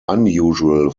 unusual